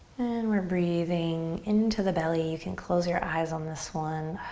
and we're breathing into the belly. you can close your eyes on this one.